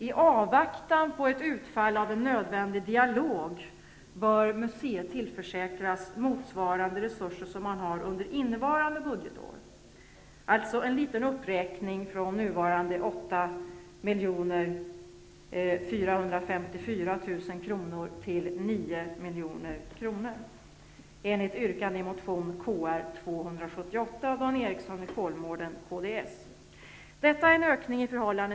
I avvaktan på ett utfall av en nödvändig dialog bör museet tillförsäkras motsvarande resurser som man har under innevarande budgetår, alltså en liten uppräkning från nuvarande 8 454 000 kr.